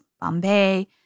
Bombay